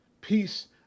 Peace